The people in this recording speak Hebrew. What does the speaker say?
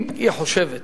אם היא חושבת